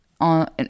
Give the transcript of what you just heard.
on